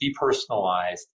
depersonalized